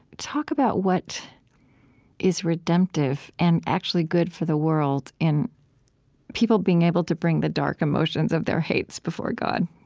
talk about what is redemptive and actually good for the world in people being able to bring the dark emotions of their hates before god